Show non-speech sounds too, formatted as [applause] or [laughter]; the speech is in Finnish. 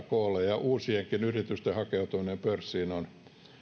[unintelligible] koolle ja uusienkin yritysten hakeutuminen pörssiin on